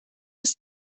ist